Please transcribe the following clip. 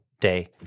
day